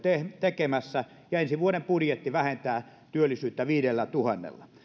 tekemässä ja ensi vuoden budjetti vähentää työllisyyttä viidellätuhannella